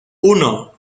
uno